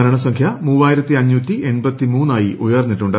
മരണസംഖ്യ മൂവായിരത്തി അഞ്ഞൂറ്റി എൺപത്തി മൂന്ന് ആയി ഉയർന്നിട്ടുണ്ട്